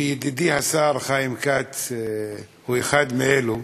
וידידי השר חיים כץ הוא אחד מאלו,